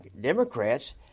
Democrats